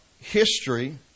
history